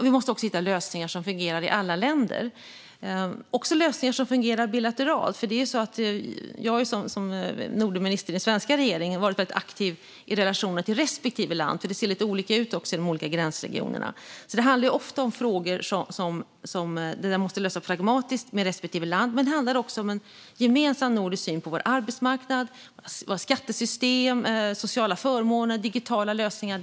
Vi måste också hitta lösningar som fungerar i alla länder och lösningar som fungerar bilateralt. Som Nordenminister i den svenska regeringen har jag varit väldigt aktiv i relationen till respektive land, för det ser lite olika ut i de olika gränsregionerna. Det handlar ofta om frågor som måste lösas pragmatiskt med respektive land, men det handlar också om en gemensam nordisk syn på vår arbetsmarknad, våra skattesystem, sociala förmåner och digitala lösningar.